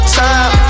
time